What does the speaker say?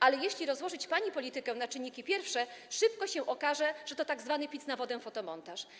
Ale jeśli rozłożyć pani politykę na czynniki pierwsze, szybko się okaże, że to tzw. pic na wodę, fotomontaż.